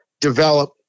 develop